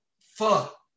fuck